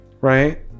Right